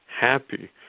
happy